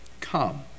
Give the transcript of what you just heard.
Come